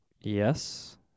Yes